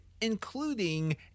including